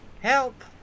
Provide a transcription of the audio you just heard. help